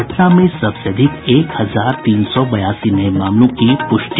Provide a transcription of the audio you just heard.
पटना में सबसे अधिक एक हजार तीन सौ बयासी नये मामलों की प्रष्टि